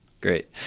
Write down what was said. great